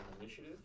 initiative